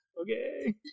Okay